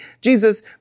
Jesus